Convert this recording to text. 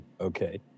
Okay